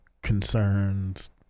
concerns